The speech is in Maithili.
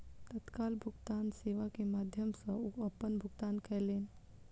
तत्काल भुगतान सेवा के माध्यम सॅ ओ अपन भुगतान कयलैन